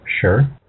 Sure